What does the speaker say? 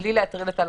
בלי להטריד את הלקוח,